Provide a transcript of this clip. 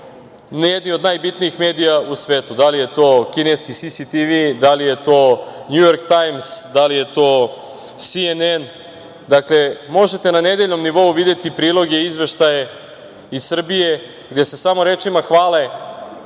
to neki od najbitnijih medija u svetu, da li je to kineski CCTV, da li je to „Njujork tajms“, da li je to CNN. Dakle, možete na nedeljnom nivou videti priloge, izveštaje iz Srbije gde se samo rečima hvale